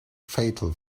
fatal